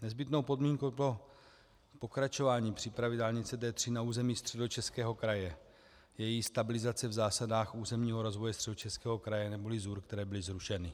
Nezbytnou podmínkou pro pokračování přípravy dálnice D3 na území Středočeského kraje je její stabilizace v zásadách územního rozvoje Středočeského kraje neboli ZÚR, které byly zrušeny.